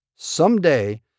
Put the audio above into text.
Someday